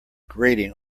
grating